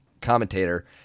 commentator